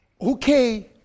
okay